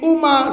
Uma